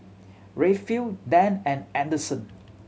Rayfield Dann and Anderson